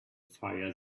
fire